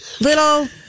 little